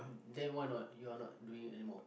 tell you why not you are not doing it anymore